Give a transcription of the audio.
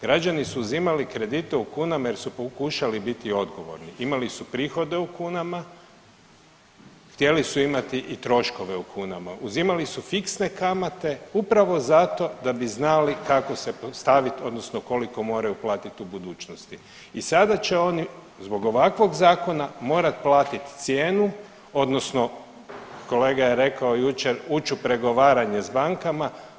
Građani su uzimali kredite u kunama jer su pokušali biti odgovorni, imali su prihode u kunama, htjeli su imati i troškove u kunama, uzimali su fiksne kamate upravo zato da bi znali kako se postavit odnosno koliko moraju platit u budućnosti i sada će oni zbog ovakvog zakona morat platit cijenu odnosno kolega je rekao jučer uć u pregovaranje s bankama.